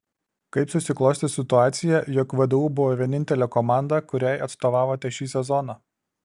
kaip susiklostė situacija jog vdu buvo vienintelė komanda kuriai atstovavote šį sezoną